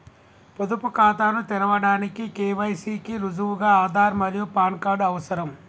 పొదుపు ఖాతాను తెరవడానికి కే.వై.సి కి రుజువుగా ఆధార్ మరియు పాన్ కార్డ్ అవసరం